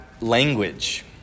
language